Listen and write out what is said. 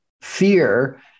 fear